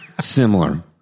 similar